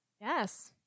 yes